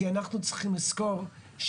כי אנחנו צריכים לזכור,